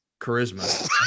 charisma